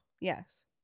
Yes